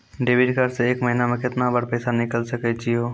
Debit card से एक महीना मा केतना बार पैसा निकल सकै छि हो?